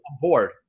bored